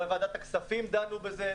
בוועדת הכספים דנו בזה.